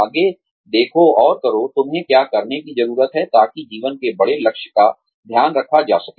आगे देखो और करो तुम्हें क्या करने की जरूरत है ताकि जीवन में बड़े लक्ष्य का ध्यान रखा जा सके